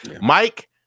Mike